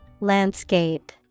Landscape